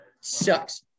Sucks